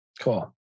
cool